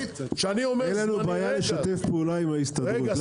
אין לנו בעיה לשתף פעולה עם ההסתדרות,